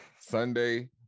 Sunday